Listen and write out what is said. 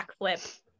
backflip